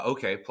Okay